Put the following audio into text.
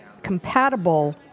Compatible